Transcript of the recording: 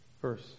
verse